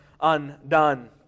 undone